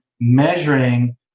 measuring